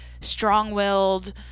strong-willed